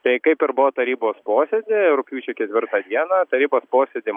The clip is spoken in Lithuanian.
tai kaip ir buvo tarybos posėdy rugpjūčio ketvirtą dieną tarybos posėdy